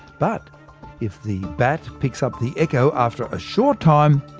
but if the bat picks up the echo after a short time,